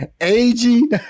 aging